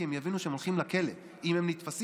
כי הם יבינו שהם ילכו לכלא אם הם ייתפסו.